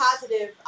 positive